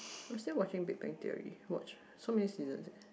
I'm still watching Big Bang Theory watch so many seasons eh